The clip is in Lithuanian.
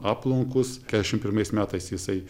aplankus keturiasdešimt pirmais metais jisai